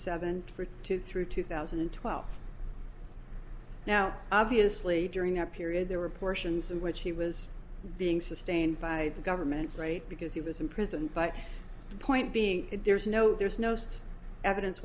seven or two through two thousand and twelve now obviously during that period there were portions in which he was being sustained by the government right because he was imprisoned by the point being that there's no there's no such evidence